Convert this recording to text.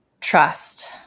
trust